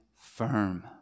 firm